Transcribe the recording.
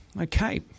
Okay